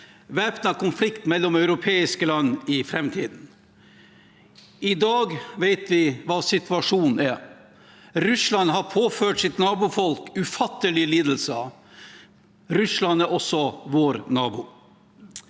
væpnet konflikt mellom europeiske land. I dag vet vi hva situasjonen er: Russland har påført sitt nabofolk ufattelige lidelser. Russland er også vår nabo.